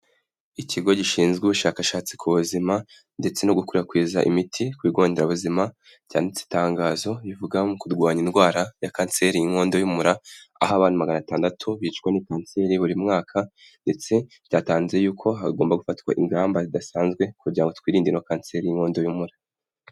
ikigo gishinzwe ubushakashatsi ku buzima ndetse no gukwirakwiza imiti ku bigo ndera buzima, cyanditse itangazo rivuga ngo kurwanya indwara ya Kanseri y’Inkondo y’Umura, a ho abantu magana atandatu bicwa na Kanseri buri mwaka ndetse byatanze yuko hagomba gufatwa ingamba zidasanzwe kugirango twirinde Kanseri y’Inkondo y’Umura.